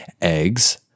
eggs